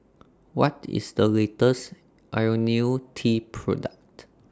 What IS The latest Ionil T Product